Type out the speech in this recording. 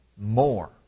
more